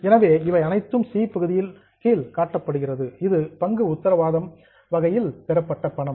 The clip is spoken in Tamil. எனவே இவை அனைத்தும் சி பகுதியின் கீழ் காட்டப்படுகின்றன இது பங்கு உத்தரவாதங்கள் வகையில் பெறப்பட்ட பணம்